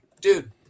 dude